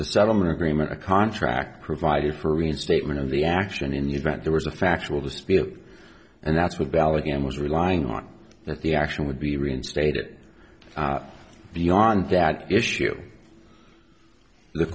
the settlement agreement a contract provided for reinstatement of the action in the event there was a factual dispute and that's what bally game was relying on that the action would be reinstated beyond that issue the